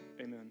amen